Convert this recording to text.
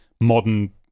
modern